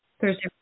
Thursday